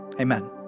amen